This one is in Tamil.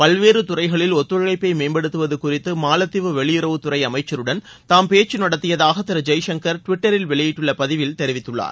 பல்வேறு துறைகளில் ஒத்துழைப்பை மேம்படுத்துவது குறித்து மாலத்தீவு வெளியுறவு அமைச்சருடன் தாம் பேச்சு நடத்தியதாக திரு ஜெய்சங்கள் டுவிட்டரில் வெளியிட்டுள்ள ்பதிவில் தெரிவித்துள்ளார்